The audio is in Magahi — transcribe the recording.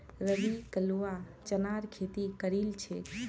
रवि कलवा चनार खेती करील छेक